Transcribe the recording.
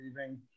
leaving